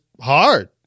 hard